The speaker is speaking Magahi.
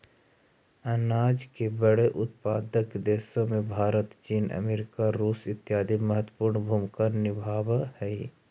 अनाज के बड़े उत्पादक देशों में भारत चीन अमेरिका रूस इत्यादि महत्वपूर्ण भूमिका निभावअ हई